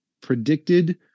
predicted